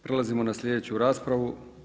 Prelazimo na sljedeću raspravu.